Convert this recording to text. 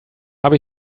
habe